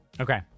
Okay